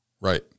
Right